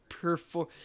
perform